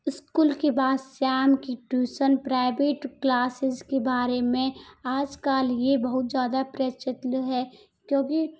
school के बाद शाम की ट्यूसन प्राइवेट क्लासेस के बारे में आज कल यह बहुत ज़्यादा प्रचलित है क्योंकि